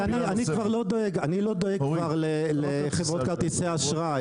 אני כבר לא דואג לחברות כרטיסי האשראי,